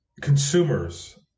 consumers